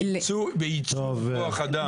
את לא מדברת בייצוג בכוח אדם.